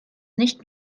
nicht